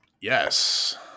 Yes